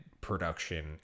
production